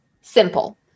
simple